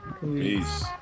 Peace